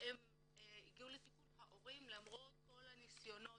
ואילו ההורים למרות כל הניסיונות